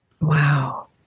Wow